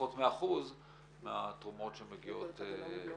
פחות מאחוז מהתרומות שמגיעות מהארץ.